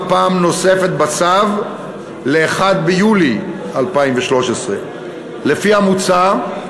פעם נוספת בצו ל-1 ביולי 2013. לפי המוצע,